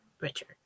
richard